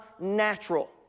natural